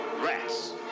Rats